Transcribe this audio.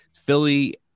Philly